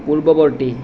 পূৰ্ৱবৰ্তী